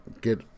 get